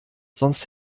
sonst